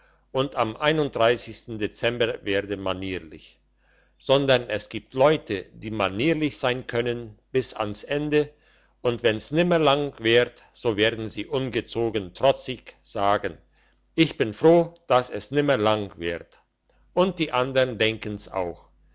und am dezember werde manierlich sondern es gibt leute die manierlich sein können bis ans ende und wenn's nimmer lang währt so werden sie ungezogen trotzig sagen ich bin froh dass es nimmer lang währt und die andern denken's auch